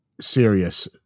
serious